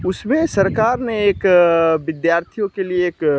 उसमें सरकार ने एक विद्यार्थियों के लिए एक